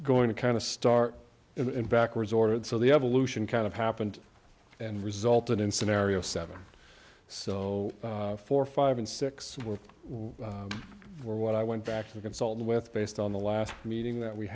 going to kind of start in backwards order and so the evolution kind of happened and resulted in scenario seven so forty five and six where we were what i went back to consult with based on the last meeting that we